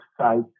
sites